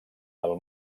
del